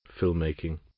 filmmaking